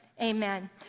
Amen